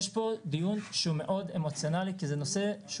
יש פה דיון שהוא מאוד אמוציונלי כי זה נושא,